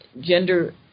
gender